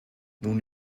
nun